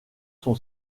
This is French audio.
son